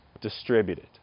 distributed